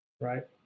Right